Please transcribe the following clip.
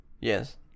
Yes